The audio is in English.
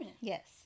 Yes